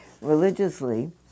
religiously